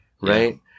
right